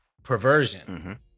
Perversion